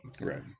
right